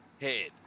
head